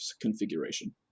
Configuration